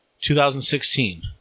2016